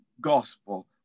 gospel